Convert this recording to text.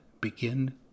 begin